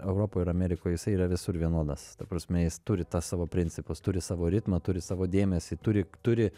europoj ir amerikoj jisai yra visur vienodas ta prasme jis turi tuos savo principus turi savo ritmą turi savo dėmesį turi turi